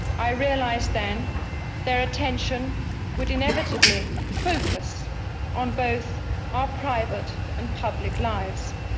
i realised then their attention would inevitably focus on both our private and public lives.